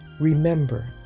Remember